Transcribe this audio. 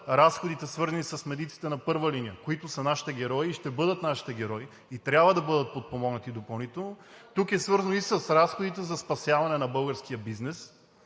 разходите, свързани с медиците на първа линия, които са нашите герои, и ще бъдат нашите герои, и трябва да бъдат подпомогнати допълнително. Тук е свързано и с разходите за спасяване на българския бизнес